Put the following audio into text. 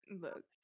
look